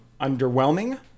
underwhelming